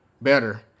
better